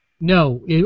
No